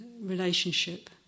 relationship